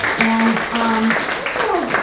and, um, i guess what i,